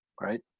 right